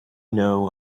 know